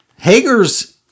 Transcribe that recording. Hager's